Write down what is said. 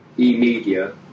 e-media